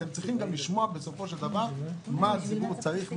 אתם צריכים לשמוע בסופו של דבר מה הציבור צריך,